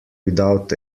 without